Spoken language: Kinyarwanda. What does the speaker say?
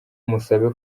musabe